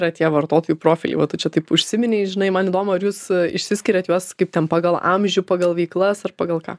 yra tie vartotojų profiliai va tu čia taip užsiminei žinai man įdomu ar jūs išsiskiriat juos kaip ten pagal amžių pagal veiklas ar pagal ką